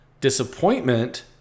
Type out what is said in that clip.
disappointment